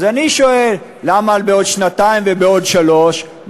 אז אני שואל: למה בעוד שנתיים ובעוד שלוש שנים?